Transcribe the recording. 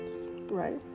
right